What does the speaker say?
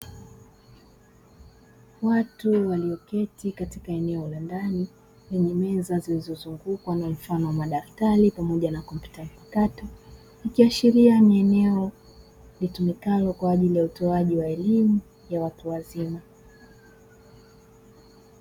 Watu walioketi katika eneo la ndani lenye meza zilizozungukwa na mfano wa madaftari, pamoja na kompyuta mpakato; ikiashiria ni eneo litumikalo kwa ajili ya utoaji wa elimu ya watu wazima.